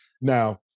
Now